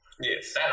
Yes